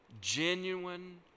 genuine